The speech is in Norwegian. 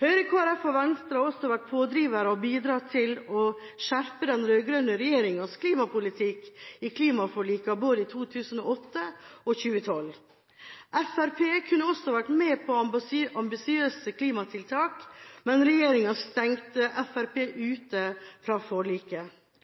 Høyre, Kristelig Folkeparti og Venstre har også vært pådrivere og bidratt til å skjerpe den rød-grønne regjeringas klimapolitikk i klimaforlikene både i 2008 og i 2012. Fremskrittspartiet kunne også vært med på ambisiøse klimatiltak, men regjeringa stengte Fremskrittspartiet ute fra forliket.